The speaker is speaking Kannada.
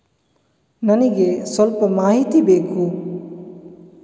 ನನಿಗೆ ಸ್ವಲ್ಪ ಮಾಹಿತಿ ಬೇಕು